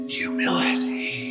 humility